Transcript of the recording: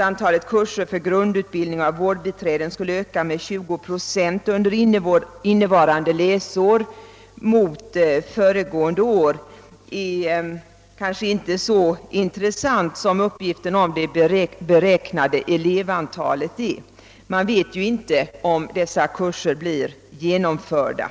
för grundutbildning av vårdbiträden skulle öka med 20 procent under innevarande läsår jämfört med föregående är kanske inte så intressant som uppgiften om det beräknade elevantalet. Man vet ju inte om dessa kurser blir genomförda.